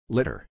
Litter